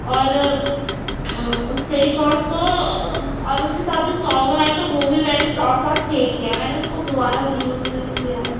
اور اس face wash کو اور اس کے ساتھ جو صابن آیا تھا وہ بھی میں نے ساتھ ساتھ پھینک دیا میں نے اس کو دوبارہ یوز نہیں کیا